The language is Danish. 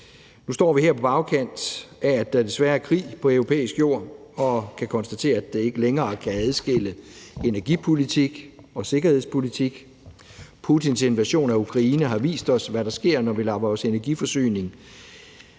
Nu står vi her på bagkant af, at der desværre er krig på europæisk jord, og kan konstatere, at man ikke længere kan adskille energipolitik og sikkerhedspolitik. Putins invasion af Ukraine har vist os, hvad der sker, når vi lader vores energiforsyning